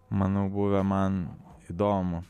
manau buvę man įdomu